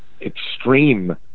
extreme